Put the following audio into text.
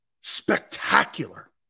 Spectacular